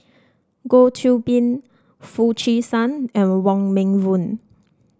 Goh Qiu Bin Foo Chee San and Wong Meng Voon